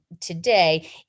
today